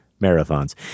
marathons